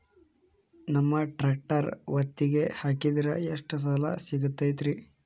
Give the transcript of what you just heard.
ನಮ್ಮ ಟ್ರ್ಯಾಕ್ಟರ್ ಒತ್ತಿಗೆ ಹಾಕಿದ್ರ ಎಷ್ಟ ಸಾಲ ಸಿಗತೈತ್ರಿ?